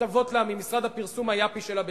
שמוכתבות לה ממשרד הפרסום היאפי שלה בתל-אביב.